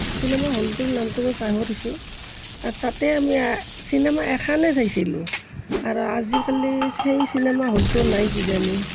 cinema হলটোৰ নামটো মই পাহৰিছোঁ তাতে আমি চিনেমা এখনেই চাইছিলোঁ আৰু আজিকালি সেই চিনেমা হলটো নাই কিজানি